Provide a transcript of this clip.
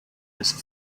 risk